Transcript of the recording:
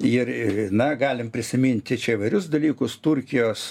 ir na galim prisiminti čia įvairius dalykus turkijos